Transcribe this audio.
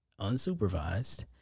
unsupervised